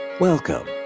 Welcome